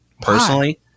personally